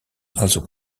also